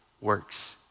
works